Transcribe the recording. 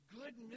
good